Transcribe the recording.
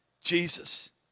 Jesus